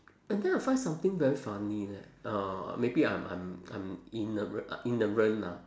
and then I find something very funny leh uh maybe I'm I'm I'm ignora~ ignorant lah